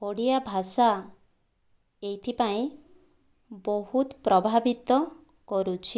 ଓଡ଼ିଆ ଭାଷା ଏଥିପାଇଁ ବହୁତ ପ୍ରଭାବିତ କରୁଛି